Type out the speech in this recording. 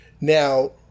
Now –